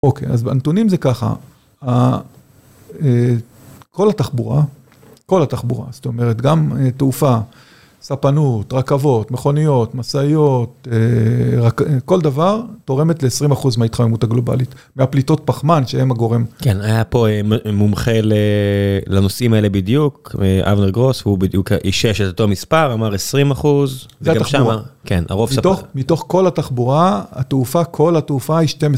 אוקיי, אז בנתונים זה ככה, כל התחבורה, כל התחבורה, זאת אומרת, גם תעופה, ספנות, רכבות, מכוניות, משאיות, כל דבר תורמת ל-20% מההתחממות הגלובלית, מהפליטות פחמן שהם הגורם . כן, היה פה מומחה לנושאים האלה בדיוק, אבנר גרוס, הוא בדיוק אישש את אותו מספר, אמר 20%, וגם שם, כן, הרוב ספנות. מתוך כל התחבורה, התעופה, כל התעופה,